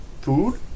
food